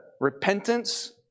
repentance